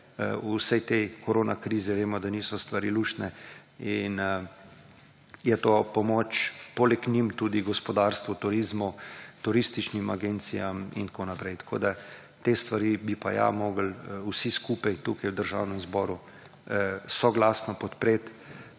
vsej tej korona krizi vemo, da niso stvari luštne. In je to pomoč poleg njim tudi gospodarstvu, turizmu, turističnim agencijam in tako naprej. Tako, da te stvari bi pa ja morali vsi skupaj tukaj v Državnem zboru soglasno podpreti